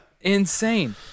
Insane